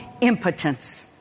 impotence